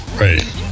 Right